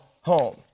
home